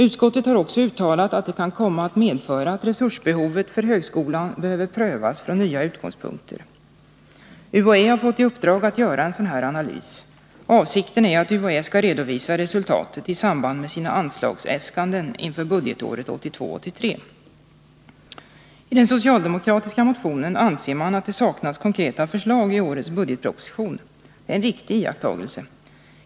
Utskottet har också uttalat att det kan komma att medföra att resursbehovet för högskolan behöver prövas från nya utgångspunkter. UHÄ har fått i uppdrag att göra en sådan analys. Avsikten är att UHÄ skall redovisa resultatet i samband med sina anslagsäskanden inför budgetåret 1982/83. I den socialdemokratiska motionen anser man att det saknas konkreta förslag i årets budgetproposition. Det är en riktig iakttagelse.